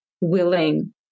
willing